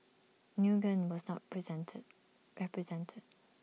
Nguyen was not presented represented